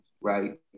right